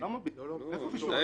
איפה באישור?